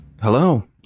Hello